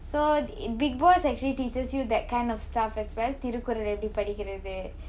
so in bigg boss actually teaches you that kind of stuff as well thirukkural ah எப்படி படிக்கிறது:eppadi padikkirathu